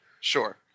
Sure